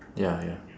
ya ya